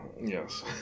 yes